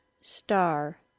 star